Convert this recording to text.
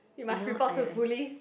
you know I I